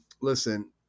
listen